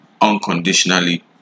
unconditionally